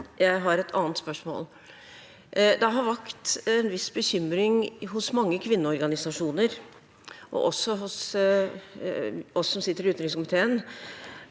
jeg har et annet spørsmål. Det har vakt en viss bekymring hos mange kvinneorganisasjoner og også hos oss som sitter i utenrikskomiteen,